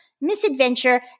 misadventure